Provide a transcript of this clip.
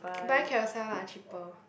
buy Carousell lah cheaper